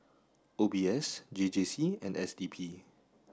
O B S J J C and S D P